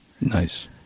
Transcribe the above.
Nice